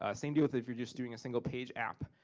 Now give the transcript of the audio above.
ah same deal with, if you're just doing a single page app.